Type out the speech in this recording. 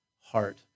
heart